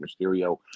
Mysterio